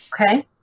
Okay